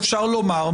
אפשר לומר,